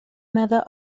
ماذا